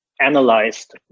analyzed